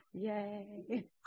Yay